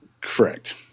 Correct